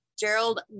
Gerald